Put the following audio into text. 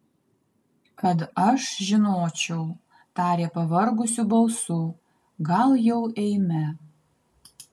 kad aš žinočiau tarė pavargusiu balsu gal jau eime